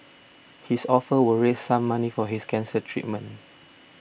his offer will raise some money for his cancer treatment